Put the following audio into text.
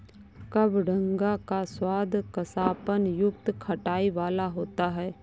कबडंगा का स्वाद कसापन युक्त खटाई वाला होता है